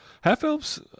Half-elves